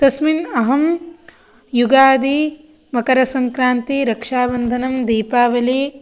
तस्मिन् अहं युगादि मकरसन्क्रान्तिः रक्षाबन्धनं दीपावली